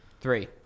Three